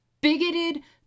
bigoted